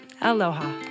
aloha